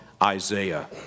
Isaiah